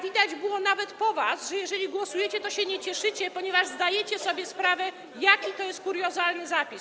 Widać było nawet po was, że jeżeli głosujecie, to się nie cieszycie, ponieważ zdajecie sobie sprawę, jaki to jest kuriozalny zapis.